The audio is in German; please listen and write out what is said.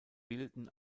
bilden